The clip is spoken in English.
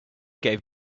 gave